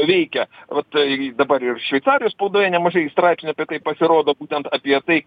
veikia vat tai dabar ir šveicarijos spaudoje nemažai straipsnių apie tai pasirodo būtent apie tai